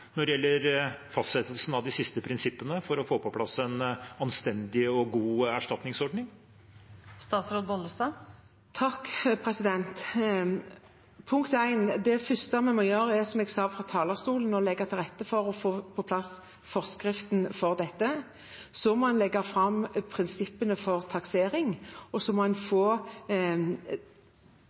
når det gjelder fastsettelsen av de siste prinsippene for å få på plass en anstendig og god erstatningsordning? Punkt 1: Det første vi må gjøre, er, som jeg sa fra talerstolen, å legge til rette for å få på plass forskriften for dette. Så må man legge fram prinsippene for taksering. Og så må man få